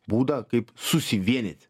būdą kaip susivienyti